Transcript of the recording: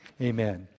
amen